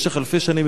במשך אלפי שנים,